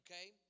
Okay